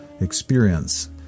experience